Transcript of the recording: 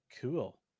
Cool